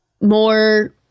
more